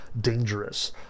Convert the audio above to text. dangerous